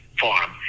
farm